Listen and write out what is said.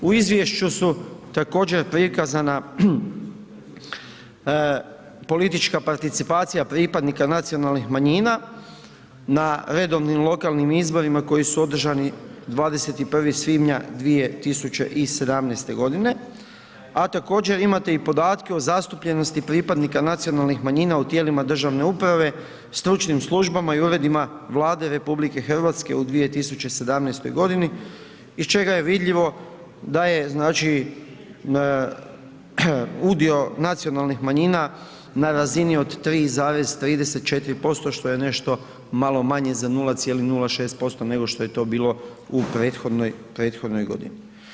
U izvješću su također prikazana politička participacija pripadnika nacionalnih manjina na redovnim lokalnim izborima koji su održani 21. svibnja 2017. godine, a također imate i podatke o zastupljenosti pripadnika nacionalnih manjina u tijelima državne uprave, stručnim službama i uredima Vlade RH u 2017. godini iz čega je vidljivo da je znači, udio nacionalnih manjina na razini od 3,34% što je nešto malo manje za 0,06% nego što je to bilo u prethodnoj, prethodnoj godini.